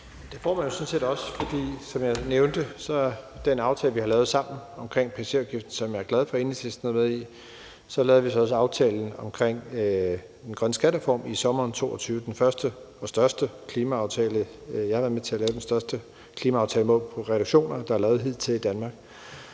Det får man jo sådan set også, som jeg nævnte, på grund af den aftale om passagerafgiften, som vi har lavet sammen, og som jeg er glad for at Enhedslisten er med i. Så lavede vi også aftalen omkring den grønne skattereform i sommeren 2022. Det er den første – og største – klimaaftale, jeg har været med til at lave, og det er den største klimaaftale målt på reduktioner, der har lavet hidtil i Danmark.